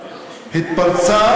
התפרצה